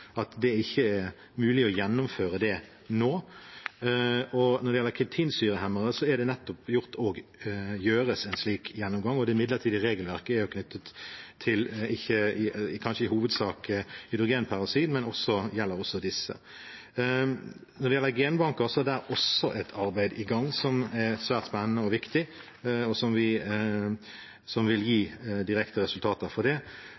at det ikke er mulig å gjennomføre det nå. Når det gjelder kitinsyrehemmere, er det nettopp gjort, og gjøres, en slik gjennomgang, og det midlertidige regelverket er i hovedsak knyttet til hydrogenperoksid, men det gjelder også disse. Når det gjelder genbanker, er det også et arbeid på gang som er svært spennende og viktig, og som vil gi direkte resultater. Når det